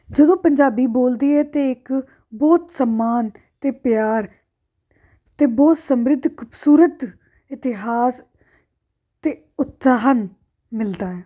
ਜਦੋਂ ਪੰਜਾਬੀ ਬੋਲਦੇ ਹੈ ਤਾਂ ਇੱਕ ਬਹੁਤ ਸਨਮਾਨ ਅਤੇ ਪਿਆਰ ਅਤੇ ਬਹੁਤ ਸਮਰਿਧ ਖੂਬਸੂਰਤ ਇਤਿਹਾਸ ਅਤੇ ਉਤਸਾਹਨ ਮਿਲਦਾ ਹੈ